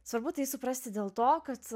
svarbu tai suprasti dėl to kad